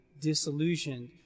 disillusioned